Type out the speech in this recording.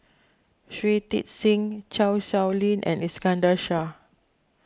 Shui Tit Sing Chan Sow Lin and Iskandar Shah